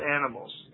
animals